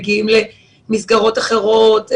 מגיעים למסגרות אחרות,